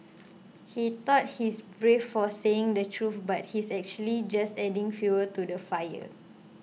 he thought he's brave for saying the truth but he's actually just adding fuel to the fire